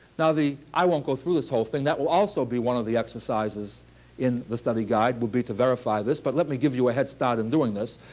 now the i won't go through this whole thing. that will also be one of the exercises in the study guide will be to verify this. but let me give you a head start in doing this.